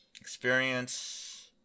Experience